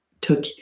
took